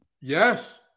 Yes